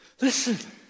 listen